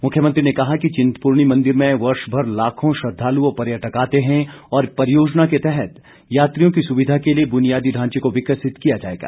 मुख्यमंत्री ने कहा कि चिन्तपूर्णी मंदिर में वर्षभर लाखों श्रद्दालु व पर्यटक आते हैं और परियोजना के तहत यात्रियों की सुविधा के लिए बुनियादी ढांचे को विकसित किया जाएगा